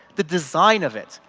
the design of it.